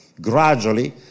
gradually